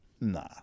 Nah